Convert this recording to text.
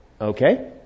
Okay